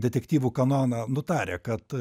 detektyvų kanoną nutarę kad